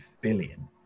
billion